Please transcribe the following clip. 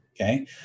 Okay